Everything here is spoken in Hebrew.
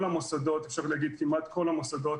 אפשר להגיד, כמעט כל המוסדות